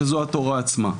שזו התורה עצמה.